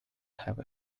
have